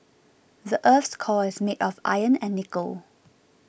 the earth's core is made of iron and nickel